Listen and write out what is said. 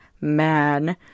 man